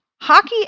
hockey